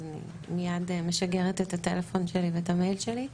אז אני מייד משגרת את הטלפון שלי ואת המייל שלי.